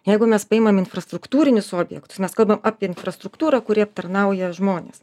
jeigu mes paimam infrastruktūrinius objektus mes kalbam apie infrastruktūrą kuri aptarnauja žmones